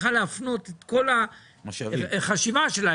צריכה להפנות את כל החשיבה שלה,